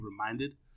reminded